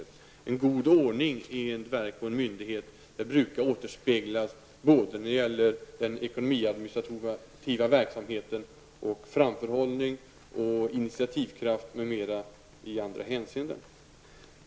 En god ordning i ett verk eller en myndighet brukar återspeglas både i den ekonomiadministrativa verksamheten och när det gäller framförhållning, initiativkraft m.m. i andra hänseenden.